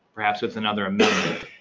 perhaps with another amendment.